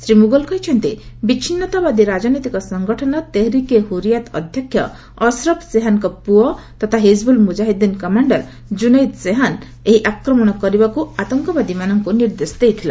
ଶ୍ରୀ ମୁଗଲ କହିଛନ୍ତି ବିଚ୍ଛିନ୍ନତାବାଦୀ ରାଜନୈତିକ ସଂଗଠନ ତେହେରିକ୍ ଏ ହୁରିଆତ୍ ଅଧ୍ୟକ୍ଷ ଅସରପ୍ ସେହାନଙ୍କ ପୁଅ ତଥା ହିଜିବୁଲ୍ ମୁଜାହିଦିନ୍ର କମାଣ୍ଡର କୁନୈଦ୍ ସେହାନ ଏହି ଆକ୍ରମଣ କରିବାକୁ ଆତଙ୍କବାଦୀମାନଙ୍କୁ ନିର୍ଦ୍ଦେଶ ଦେଇଥିଲା